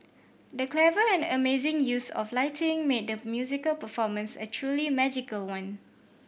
the clever and amazing use of lighting made the musical performance a truly magical one